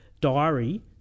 diary